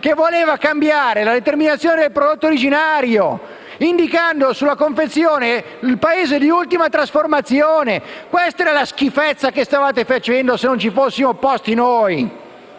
che voleva cambiare la determinazione del prodotto originario indicando sulla confezione il Paese di ultima trasformazione. Questa era la schifezza che stavate facendo se non ci fossimo opposti noi.